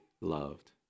loved